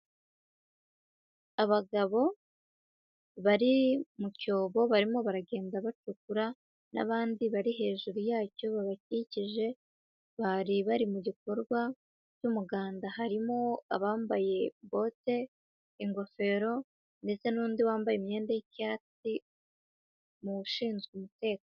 Abagabo bari mu cyobo barimo baragenda bacukura, n'abandi bari hejuru yacyo babakikije, bari bari mu gikorwa cy'umuganda, harimo abambaye bote, ingofero ndetse n'undi wambaye imyenda yicyatsi ni ushinzwe umutekano.